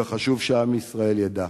וחשוב שעם ישראל ידע: